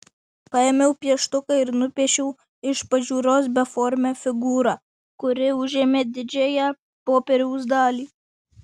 paėmiau pieštuką ir nupiešiau iš pažiūros beformę figūrą kuri užėmė didžiąją popieriaus dalį